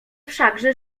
wszakże